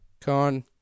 Con